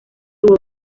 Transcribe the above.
tuvo